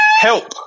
help